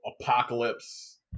Apocalypse